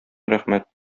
рәхмәт